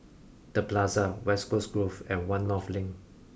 the Plaza West Coast Grove and One North Link